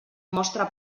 mostra